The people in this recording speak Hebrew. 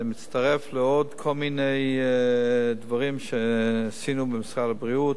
זה מצטרף לעוד כל מיני דברים שעשינו במשרד הבריאות: